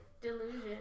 delusion